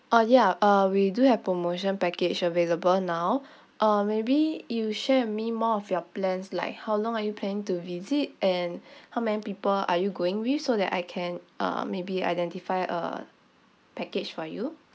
uh ya uh we do have promotion package available now uh maybe you share with me more of your plans like how long are you planning to visit and how many people are you going with so that I can uh maybe identify uh package for you